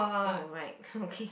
oh right okay